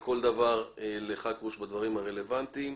לחכרוש לכל דבר בדברים הרלוונטיים.